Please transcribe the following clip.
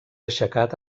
aixecat